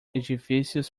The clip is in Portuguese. edifícios